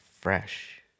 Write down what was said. fresh